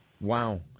Wow